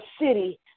city